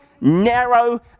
narrow